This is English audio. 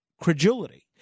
credulity